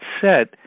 set